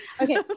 okay